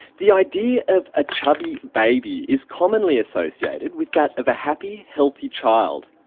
the idea of a chubby baby is commonly associated with that of a happy, healthy child,